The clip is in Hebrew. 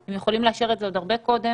אנחנו יכולים לאשר את זה עוד הרבה קודם,